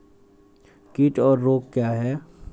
कीट और रोग क्या हैं?